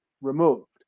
removed